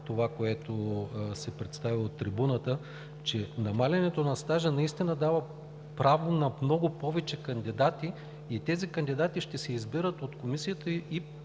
това, което се представи от трибуната, че намаляването на стажа наистина дава право на много повече кандидати и тези кандидати ще се избират от Комисията, и